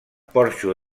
porxo